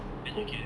then you can